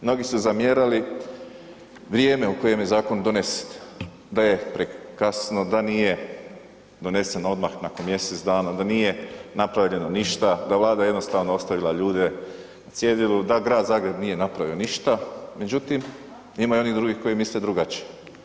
Mnogi su zamjerali vrijeme u kojem je zakon donesen, da je prekasno, da nije donesen odmah nakon mjesec dana, da nije napravljeno ništa, da Vlada jednostavno ostavila ljude na cjedilu, da Grad Zagreb nije napravio ništa, međutim ima i onih drugih koji misle drugačije.